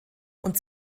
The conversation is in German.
und